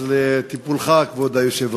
אז לטיפולך, כבוד היושב-ראש.